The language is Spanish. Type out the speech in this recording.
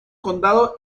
condado